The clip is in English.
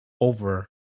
over